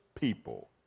people